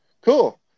Cool